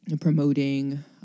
promoting